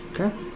Okay